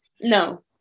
No